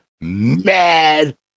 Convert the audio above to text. mad